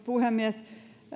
puhemies